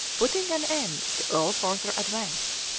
putting an end to all further advance.